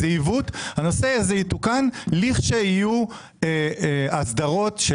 זה עיוות והנושא יתוקן כשיהיו הסדרות של